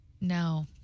No